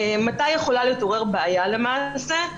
מתי יכולה להתעורר בעיה למעשה?